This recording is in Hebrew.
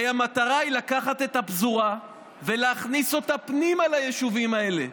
הרי המטרה היא לקחת את הפזורה ולהכניס אותה פנימה ליישובים האלה.